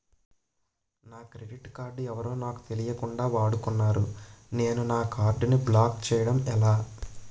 నా credit card ఎవరో నాకు తెలియకుండా వాడుకున్నారు నేను నా కార్డ్ ని బ్లాక్ చేయడం ఎలా?